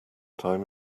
time